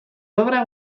obra